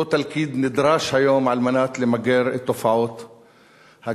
אותו תלכיד נדרש היום כדי למגר את תופעות הגזענות,